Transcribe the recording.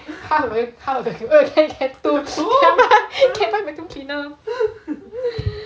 how will you how will you can buy vacuum cleaner